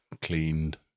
cleaned